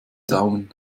daumen